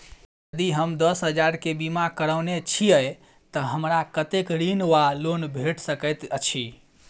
यदि हम दस हजार केँ बीमा करौने छीयै तऽ हमरा कत्तेक ऋण वा लोन भेट सकैत अछि?